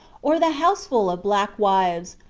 or the houseful of black wives,